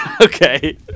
Okay